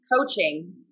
coaching